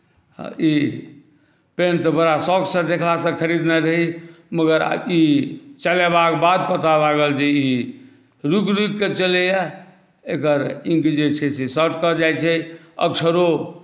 ई pen तऽ बड़ा शौकसँ देखलासँ खरीदने रही मगर ई चलेबाक बाद पता लागल जे ई रुकि रुकिके चलैया एकर इंक जे छै से शॉर्ट कऽ जाइत छै अक्षरो